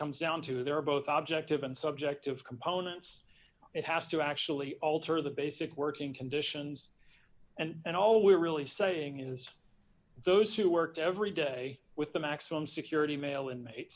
comes down to they're both object of and subjective components it has to actually alter the basic working conditions and all we're really saying is those who work every day with the maximum security male inma